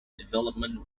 development